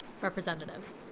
representative